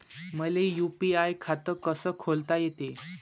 मले यू.पी.आय खातं कस खोलता येते?